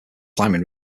climbing